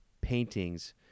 paintings